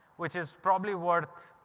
which is probably worth,